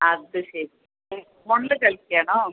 അത് ശരി ഫോണിൽ കളിക്കുകയാണോ